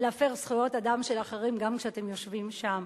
להפר זכויות אדם של אחרים גם כשאתם יושבים שם.